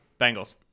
Bengals